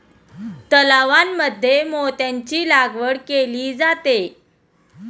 तलावांमध्ये मोत्यांची लागवड केली जाते